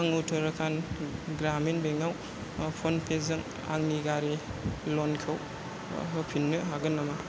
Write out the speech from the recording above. आं उत्तराखान्ड ग्रामिन बेंकआव ओह फनपेजों आंनि गारि लनखौ होफिन्नो हागोन नामा